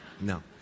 No